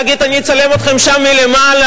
להגיד: אני אצלם אתכם שם מלמעלה,